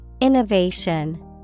Innovation